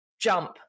jump